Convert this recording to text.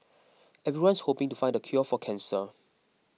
everyone's hoping to find the cure for cancer